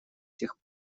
тех